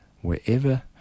wherever